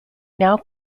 now